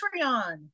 Patreon